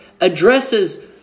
addresses